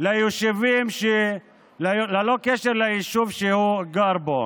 ליישוב שהוא גר בו.